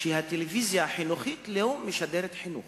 שהטלוויזיה החינוכית לא משדרת חינוך.